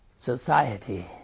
society